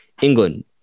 England